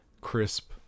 crisp